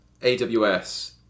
AWS